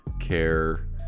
care